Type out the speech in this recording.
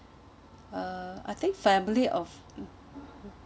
uh I think family of mm